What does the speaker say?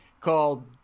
called